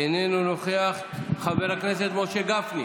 איננו נוכח, חבר הכנסת משה גפני,